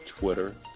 Twitter